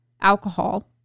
alcohol